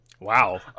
Wow